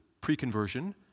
pre-conversion